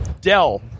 Dell